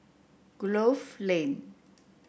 Grove Lane